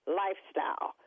lifestyle